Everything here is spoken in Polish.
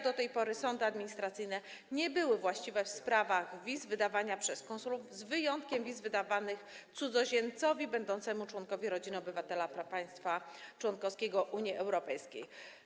Do tej pory sądy administracyjne nie były właściwe w sprawach wydawania wiz przez konsulów, z wyjątkiem wiz wydawanych cudzoziemcowi będącemu członkiem rodziny obywatela państwa członkowskiego Unii Europejskiej.